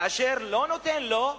שלא נותן לו,